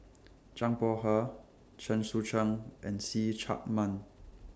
Zhang Bohe Chen Sucheng and See Chak Mun